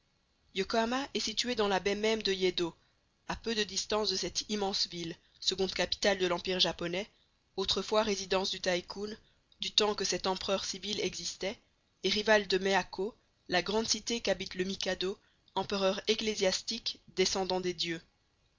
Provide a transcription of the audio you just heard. yokohama est située dans la baie même de yeddo à peu de distance de cette immense ville seconde capitale de l'empire japonais autrefois résidence du taïkoun du temps que cet empereur civil existait et rivale de meako la grande cité qu'habite le mikado empereur ecclésiastique descendant des dieux